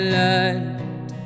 light